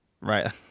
right